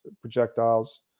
projectiles